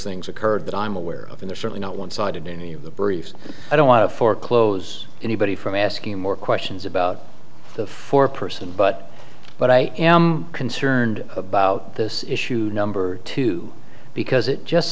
things occurred that i'm aware of and they're certainly not one sided in any of the briefs i don't want to foreclose anybody from asking more questions about the four person but but i am concerned about this issue number two because it just